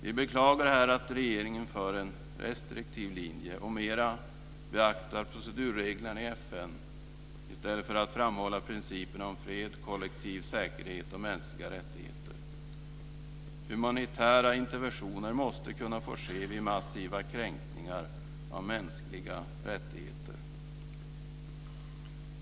Vi beklagar att regeringen här för en restriktiv linje och mer beaktar procedurreglerna i FN i stället för att framhålla principen om fred, kollektiv säkerhet och mänskliga rättigheter. Humanitära interventioner måste kunna få ske vid massiva kränkningar av mänskliga rättigheter.